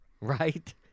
Right